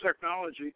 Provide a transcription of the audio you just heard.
technology